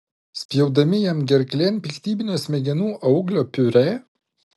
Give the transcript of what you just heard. spjaudami jam gerklėn piktybinio smegenų auglio piurė